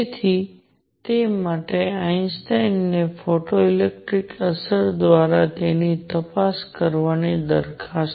તેથી તે માટે આઇન્સ્ટાઇને ફોટો ઇલેક્ટ્રિક અસર દ્વારા તેની તપાસ કરવાની દરખાસ્ત કરી